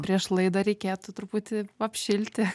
prieš laidą reikėtų truputį apšilti